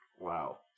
Wow